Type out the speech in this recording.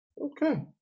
Okay